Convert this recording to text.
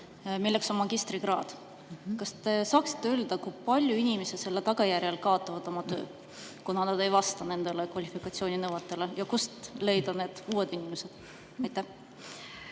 milleks on magistrikraad. Kas te saaksite öelda, kui palju inimesi selle tagajärjel kaotab oma töö, kuna nad ei vasta nendele kvalifikatsiooninõuetele? Ja kust leida need uued inimesed? Aitäh,